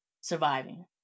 surviving